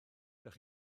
ydych